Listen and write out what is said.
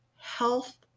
health